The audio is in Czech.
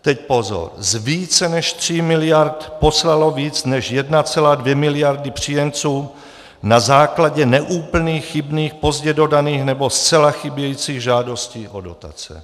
Teď pozor: z více než tří miliard poslalo víc než 1,2 mld. příjemcům na základě neúplných, chybných, pozdě dodaných nebo zcela chybějících žádostí o dotace.